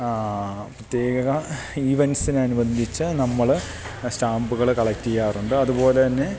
പ്രത്യേക ഈവൻറ്സിനോട് അനുബന്ധിച്ച് നമ്മള് സ്റ്റാമ്പുകള് കളക്ട് ചെയ്യാറുണ്ട് അതുപോലെ തന്നെ